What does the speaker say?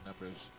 numbers